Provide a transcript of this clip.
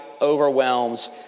overwhelms